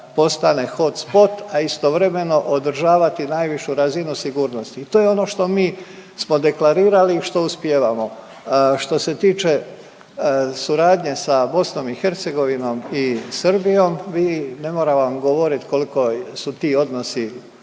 postane hotspot, a istovremeno održavati najvišu razinu sigurnosti i to je ono što mi smo deklarirali i što uspijevamo. Što se tiče suradnje sa BiH i Srbijom, vi, ne moram vam govoriti koliko su ti odnosi